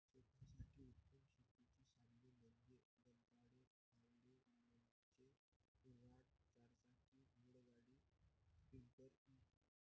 शेतासाठी उत्तम शेतीची साधने म्हणजे दंताळे, फावडे, लोणचे, कुऱ्हाड, चारचाकी घोडागाडी, स्प्रिंकलर इ